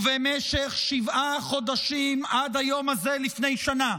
במשך שבעה חודשים, עד היום הזה לפני שנה,